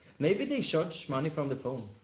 maybe they charge money from the phone?